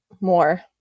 more